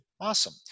Awesome